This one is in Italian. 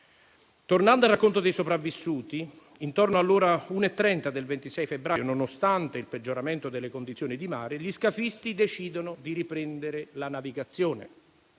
Tornando al racconto dei sopravvissuti, intorno alle ore 1,30 del 26 febbraio, nonostante il peggioramento delle condizioni del mare, gli scafisti decidono di riprendere la navigazione.